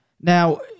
Now